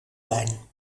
lijn